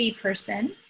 person